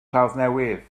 clawddnewydd